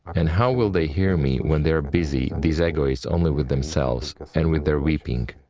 and how will they hear me when they are busy, these egoists, only with themselves and with their weeping.